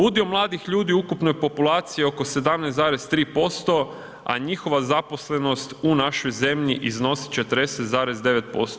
Udio mladih ljudi u ukupnoj populaciji oko 17,3% a njihova zaposlenost u našoj zemlji iznos 40,9%